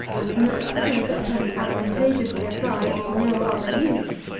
and milk, too, that can be advantageously applied to no other use.